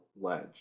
ledge